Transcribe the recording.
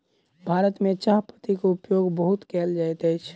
भारत में चाह पत्तीक उपयोग बहुत कयल जाइत अछि